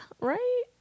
right